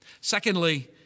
Secondly